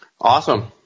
Awesome